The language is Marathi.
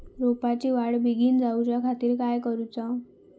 रोपाची वाढ बिगीन जाऊच्या खातीर काय करुचा?